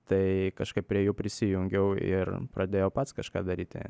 tai kažkaip prie jų prisijungiau ir pradėjau pats kažką daryti